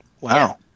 Wow